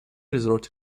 resort